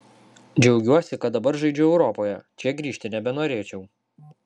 džiaugiuosi kad dabar žaidžiu europoje čia grįžti nebenorėčiau